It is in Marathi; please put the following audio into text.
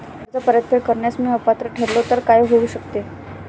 कर्ज परतफेड करण्यास मी अपात्र ठरलो तर काय होऊ शकते?